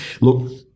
Look